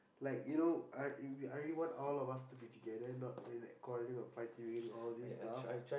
like you know I really I really want all us to be together not really like quarreling or fighting reading all this stuff